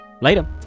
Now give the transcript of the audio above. Later